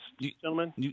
gentlemen